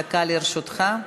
דקה לרשותך.